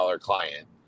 client